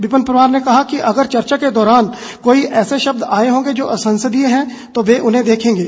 विपिन परमार ने कहा कि अगर चर्चा के दौरान कोई ऐसे शब्द आए होंगे जो असंसदीय है तो वे उन्हें देखेंगे